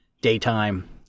daytime